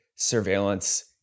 Surveillance